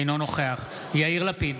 אינו נוכח יאיר לפיד,